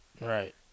Right